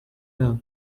yabo